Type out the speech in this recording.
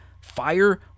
Fire